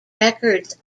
records